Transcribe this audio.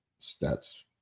stats